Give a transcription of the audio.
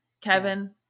Kevin